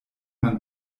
man